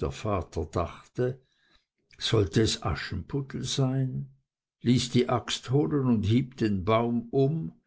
der vater dachte sollte es aschenputtel sein ließ sich die axt holen und hieb den baum um